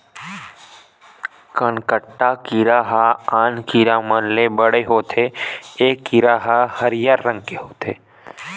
कनकट्टा कीरा ह आन कीरा मन ले बड़े होथे ए कीरा ह हरियर रंग के होथे